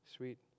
Sweet